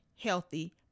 healthy